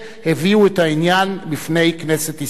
הביאו את העניין בפני כנסת ישראל,